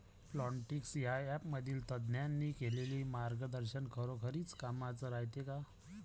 Plantix या ॲपमधील तज्ज्ञांनी केलेली मार्गदर्शन खरोखरीच कामाचं रायते का?